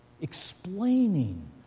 explaining